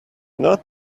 not